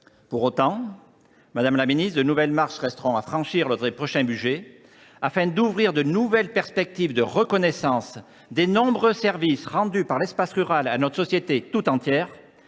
Pour autant, madame la ministre, de nouvelles marches resteront à gravir lors des prochains budgets, afin d’ouvrir de nouvelles perspectives de reconnaissance des nombreux services que l’espace rural rend à notre société tout entière.